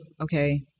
okay